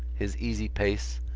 his easy pace,